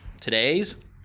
today's